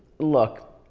look,